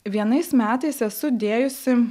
vienais metais esu dėjusi